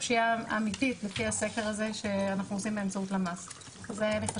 הפשיעה האמיתית על פי הסקר הזה שאנחנו עושים באמצעות למ"ס,